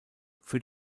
für